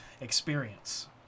experience